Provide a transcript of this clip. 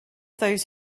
those